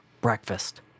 breakfast